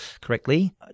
correctly